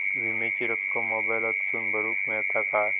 विमाची रक्कम मोबाईलातसून भरुक मेळता काय?